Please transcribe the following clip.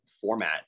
format